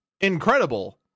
incredible